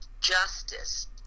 justice